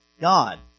God